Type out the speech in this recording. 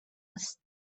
است